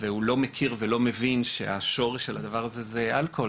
והוא לא מבין שהשורש של הדבר הזה הוא אלכוהול,